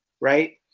right